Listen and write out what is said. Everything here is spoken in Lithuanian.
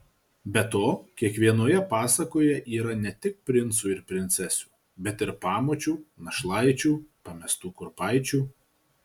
be to kiekvienoje pasakoje yra ne tik princų ir princesių bet ir pamočių našlaičių pamestų kurpaičių